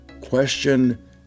question